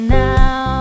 now